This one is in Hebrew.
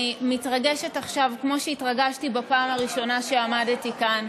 אני מתרגשת עכשיו כמו שהתרגשתי בפעם הראשונה שעמדתי כאן.